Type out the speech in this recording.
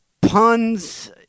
puns